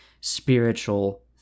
spiritual